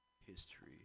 history